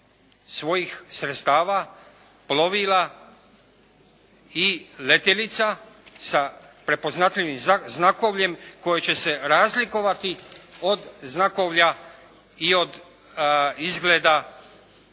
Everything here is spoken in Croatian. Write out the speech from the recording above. svojih sredstava, plovila i letjelica sa prepoznatljivim znakovljem koji će se razlikovati od znakovlja i od izgleda